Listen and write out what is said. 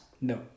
No